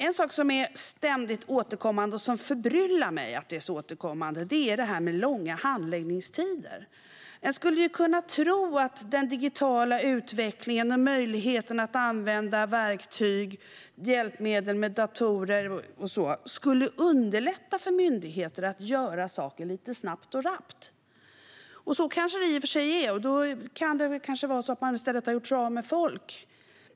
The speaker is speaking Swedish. En sak som är ständigt återkommande, vilket förbryllar mig, är de långa handläggningstiderna. Jag hade trott att den digitala utvecklingen och möjligheten att använda verktyg, hjälpmedel och datorer skulle underlätta för myndigheter att göra saker lite snabbt och rappt. Så kanske det i och för sig är, och då är det kanske så att man har gjort sig av med folk.